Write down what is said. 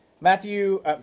Matthew